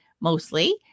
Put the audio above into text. mostly